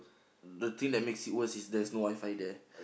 the thing that makes it worse is that there's no WiFi there